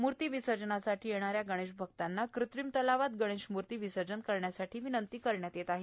मुर्ती विसर्जनासाठी येणाऱ्या गणेशभक्तांना कृत्रिम तलावात गणेश मुर्ती विसर्जन करण्यासाठी विनंती करीत आहेत